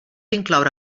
incloure